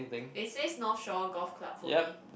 it says North Shore Golf Club for me